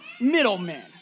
middlemen